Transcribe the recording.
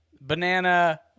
banana